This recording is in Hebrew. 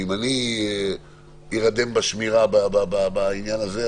שאם אני אירדם בשמירה בעניין הזה,